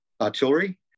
artillery